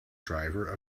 driver